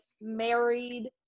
married